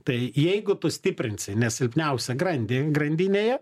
tai jeigu tu stiprinsi ne silpniausią grandį grandinėje